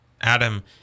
Adam